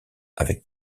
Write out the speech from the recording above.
avec